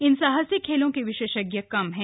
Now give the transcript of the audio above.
इन साहसिक खेलों के विशेषज्ञ कम हैं